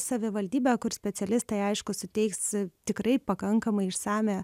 savivaldybę kur specialistai aišku suteiks tikrai pakankamai išsamią